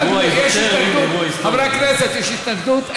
חברי הכנסת, יש התנגדות?